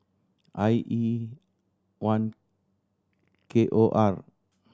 I E one K O R